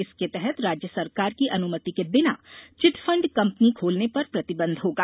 इसके तहत राज्य सरकार की अनुमति के बिना चिट फंड कंपनी खोलने पर प्रतिबंध होगा